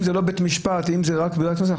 אם זה לא בית משפט וזה רק בגלל שאנחנו